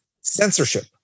censorship